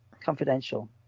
Confidential